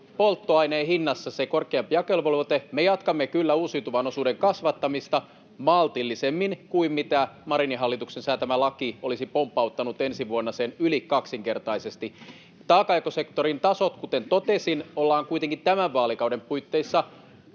polttoaineen hinnassa. Me jatkamme kyllä uusiutuvan osuuden kasvattamista maltillisemmin kuin mitä Marinin hallituksen säätämä laki, joka olisi pompauttanut ensi vuonna sen yli kaksinkertaisesti. Taakanjakosektorin tasot, kuten totesin, ollaan kuitenkin tämän vaalikauden puitteissa